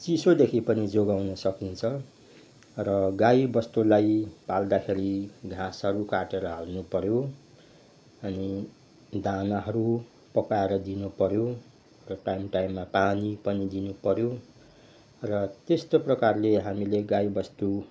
चिसोदेखि पनि जोगाउन सकिन्छ र गाईबस्तुलाई पाल्दाखेरि घाँसहरू काटेर हाल्नुपऱ्यो अनि दानाहरू पकाएर दिनुपऱ्यो र टाइम टाइममा पानी पनि दिनुपऱ्यो र त्यस्तो प्रकारले हामीले गाईबस्तु